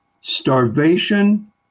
starvation